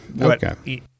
okay